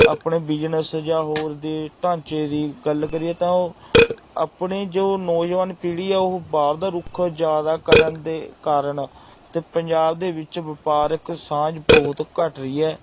ਆਪਣੇ ਬਿਜਨਸ ਜਾਂ ਹੋਰ ਦੇ ਢਾਂਚੇ ਦੀ ਗੱਲ ਕਰੀਏ ਤਾਂ ਉਹ ਆਪਣੇ ਜੋ ਨੌਜਵਾਨ ਪੀੜ੍ਹੀ ਆ ਉਹ ਬਾਹਰ ਦਾ ਰੁਖ ਜ਼ਿਆਦਾ ਕਰਨ ਦੇ ਕਾਰਨ ਅਤੇ ਪੰਜਾਬ ਦੇ ਵਿੱਚ ਵਪਾਰਕ ਸਾਂਝ ਬਹੁਤ ਘੱਟ ਰਹੀ ਹੈ